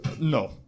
No